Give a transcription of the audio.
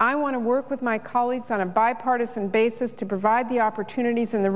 i want to work with my colleagues on a bipartisan basis to provide the opportunities and the